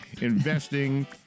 investing